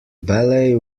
ballet